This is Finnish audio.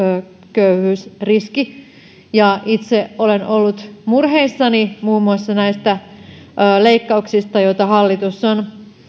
köyhyysriski itse olen ollut murheissani muun muassa näistä leikkauksista joita hallitus on